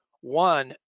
One